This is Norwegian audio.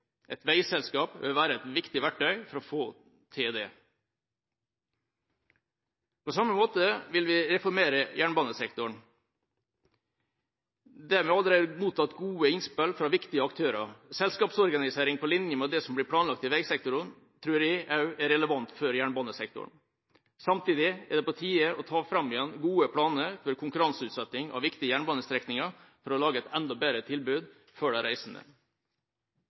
Et veiselskap vil være et viktig verktøy for å få til det. På samme måte vil vi reformere jernbanesektoren. Der har vi allerede mottatt gode innspill fra viktige aktører. En selskapsorganisering på linje med den som blir planlagt i veisektoren, tror jeg også er relevant for jernbanesektoren. Samtidig er det på tide å ta fram igjen gode planer for konkurranseutsetting av viktige jernbanestrekninger for å lage et enda bedre tilbud til de reisende.